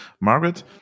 Margaret